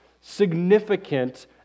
significant